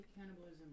cannibalism